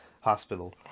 Hospital